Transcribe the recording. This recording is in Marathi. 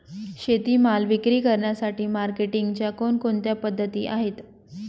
शेतीमाल विक्री करण्यासाठी मार्केटिंगच्या कोणकोणत्या पद्धती आहेत?